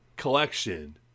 collection